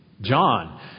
John